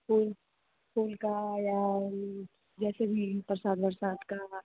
फूल फूल का या जैसे ये परसाद वरसाद का